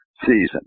season